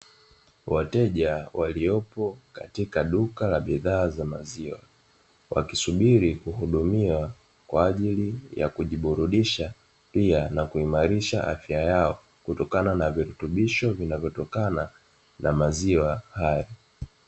Wateja waliopo katika duka la bidhaa la maziwa wakisubiri kuhudumia kwaajili ya kujiburudisha, pia na kuhimarisha afya yao kutokana na virutubisho vinavyotokana na maziwa hayo.